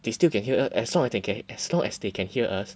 they still can hear as long as they care as long as they can hear us